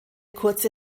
kurze